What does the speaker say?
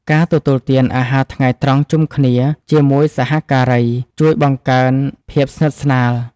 ការទទួលទានអាហារថ្ងៃត្រង់ជុំគ្នាជាមួយសហការី ជួយបង្កើនភាពស្និទ្ធស្នាល។